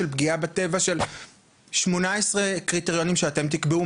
של פגיעה בטבע" 18 קריטריונים שאתם תקבעו